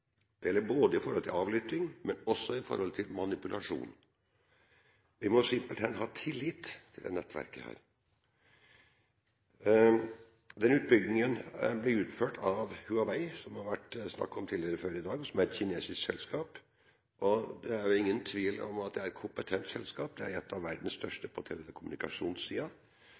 Det gjelder med hensyn til avlytting, men også med hensyn til manipulasjon. Vi må simpelthen ha tillit til dette nettverket. Den utbyggingen blir utført av Huawei, som det har vært snakk om tidligere i dag, som er et kinesisk selskap. Det er ingen tvil om at det er et kompetent selskap. Det er et av verdens største på